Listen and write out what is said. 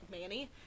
Manny